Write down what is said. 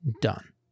done